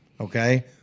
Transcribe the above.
okay